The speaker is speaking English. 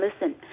listen